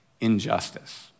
injustice